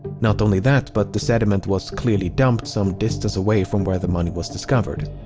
not only that, but the sediment was clearly dumped some distance away from where the money was discovered.